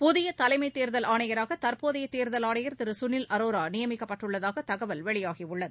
புதிய தலைமை தேர்தல் ஆணையராக தற்போதைய தேர்தல் ஆணையர் திரு சுனில் அரோரா நியமிக்கப்பட்டுள்ளதாக தகவல் வெளியாகியுள்ளது